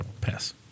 Pass